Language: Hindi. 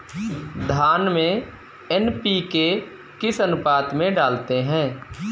धान में एन.पी.के किस अनुपात में डालते हैं?